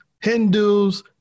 Hindus